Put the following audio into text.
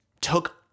took